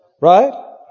Right